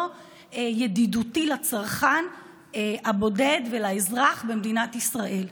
ידידותי לצרכן הבודד ולאזרח במדינת ישראל.